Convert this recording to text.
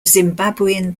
zimbabwean